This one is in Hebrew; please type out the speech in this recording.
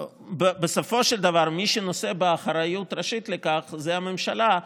ובסופו של דבר מי שנושא באחריות הראשית לכך זו הממשלה,